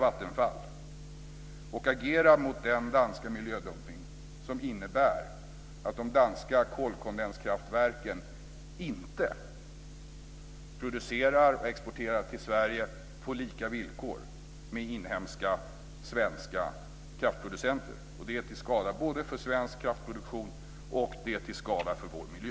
· Agera mot den danska miljödumpning som innebär att de danska kolkondenskraftverken inte producerar och exporterar på lika villkor som gäller för inhemska, svenska kraftproducenter. Det är till skada både för svensk kraftproduktion och för vår miljö.